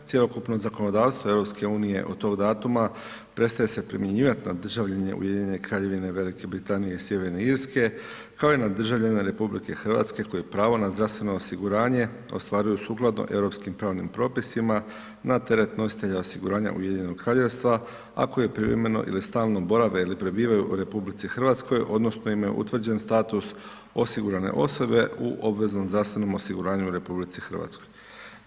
Cjelokupno zakonodavstvo EU od tog datuma prestaje se primjenjivati na državljane Ujedinjene Kraljevine Velike Britanije i Sjeverne Irske kao i na državljane RH koji pravo na zdravstveno osiguranje ostvaruju sukladno europskim pravnim propisima na teret nositelja osiguranja Ujedinjenog Kraljevstva, a koji privremeno ili stalno borave ili prebivaju u Republici Hrvatskoj odnosno imaju utvrđen status osigurane osobe u obveznom zdravstvenom osiguranju u Republici Hrvatskoj.